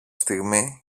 στιγμή